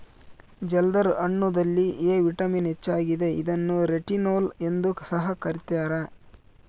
ಜಲ್ದರ್ ಹಣ್ಣುದಲ್ಲಿ A vitamin ಹೆಚ್ಚಾಗಿದೆ ಇದನ್ನು ರೆಟಿನೋಲ್ ಎಂದು ಸಹ ಕರ್ತ್ಯರ